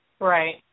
Right